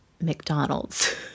McDonald's